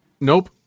Nope